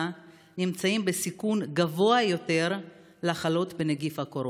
נמצאים בסיכון גבוה יותר לחלות בנגיף הקורונה.